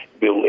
Bill